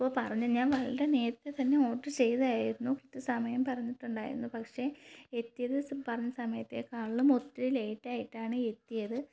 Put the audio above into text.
അപ്പോള് പറഞ്ഞ് ഞാൻ വളരെ നേരത്തെ തന്നെ ഓഡര് ചെയ്തായിരുന്നു കൃത്യ സമയം പറഞ്ഞിട്ടുണ്ടായിരുന്നു പക്ഷേ എത്തിയത് പറഞ്ഞ സമയത്തെക്കാളിലും ഒത്തിരി ലേറ്റ് ആയിട്ടാണ് എത്തിയത്